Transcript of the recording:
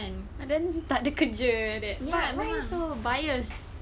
!wah! then takde kerja why why she so bias